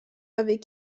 avec